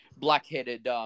black-headed